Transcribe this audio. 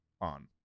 on